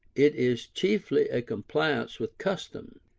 it is chiefly a compliance with custom,